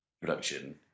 production